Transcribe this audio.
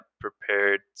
prepared